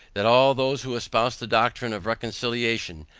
that all those who espouse the doctrine of reconciliation,